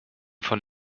von